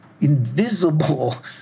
invisible